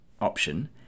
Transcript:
option